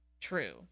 true